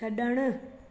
छड॒णु